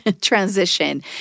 transition